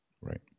right